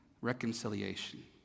reconciliation